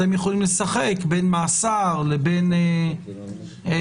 אתם יכולים לשחק בין מאסר לבין קנס,